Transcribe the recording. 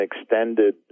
extended